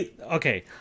Okay